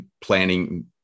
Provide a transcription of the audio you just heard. planning